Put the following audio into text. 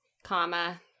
Comma